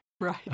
Right